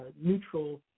neutral